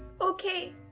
Okay